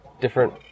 different